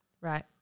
Right